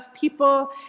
people